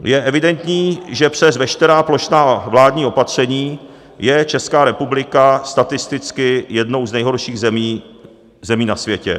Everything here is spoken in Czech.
Je evidentní, že přes veškerá plošná vládní opatření je Česká republika statisticky jednou z nejhorších zemí na světě.